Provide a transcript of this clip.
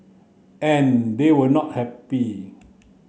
and they were not happy